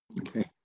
okay